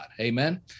Amen